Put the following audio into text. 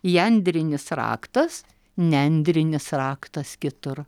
jendrinis raktas nendrinis raktas kitur